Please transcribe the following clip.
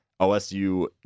OSU